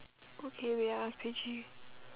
okay wait ah ask Paige